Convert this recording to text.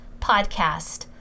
podcast